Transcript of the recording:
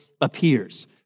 appears